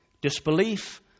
Disbelief